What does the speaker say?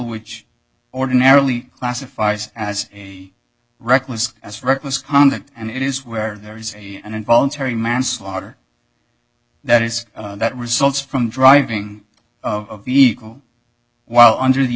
which ordinarily classifies as a reckless as reckless conduct and it is where there is a an involuntary manslaughter that is that results from driving of vehicle while under the